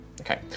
Okay